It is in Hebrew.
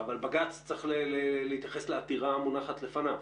אבל בג"ץ צריך להתייחס לעתירה המונחת לפניו.